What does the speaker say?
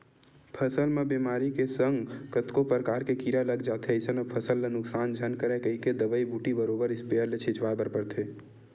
फसल म बेमारी के संग कतको परकार के कीरा लग जाथे अइसन म फसल ल नुकसान झन करय कहिके दवई बूटी बरोबर इस्पेयर ले छिचवाय बर परथे